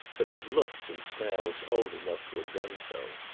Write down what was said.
but it looks and smells old enough to have done so.